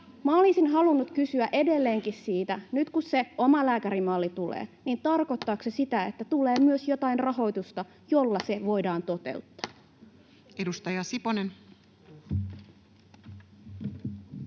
Olisin halunnut kysyä edelleenkin siitä, että nyt kun se omalääkärimalli tulee, niin tarkoittaako se sitä, että tulee myös jotain rahoitusta, jolla se voidaan toteuttaa. Edustaja Siponen.